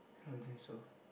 I don't think so